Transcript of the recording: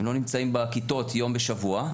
לא נמצאים בכיתות יום בשבוע,